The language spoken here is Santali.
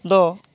ᱫᱚ